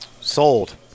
Sold